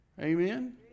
Amen